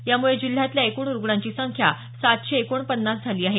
यामुळे जिल्ह्यातल्या एकूण रुग्णांची संख्या सातशे एकोणपन्नास झाली आहे